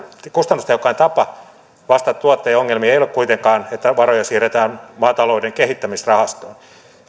kustannustehokkain tapa vastata tuottajan ongelmiin ei ole kuitenkaan että varoja siirretään maatilatalouden kehittämisrahastoon